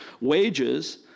wages